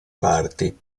parti